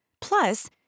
Plus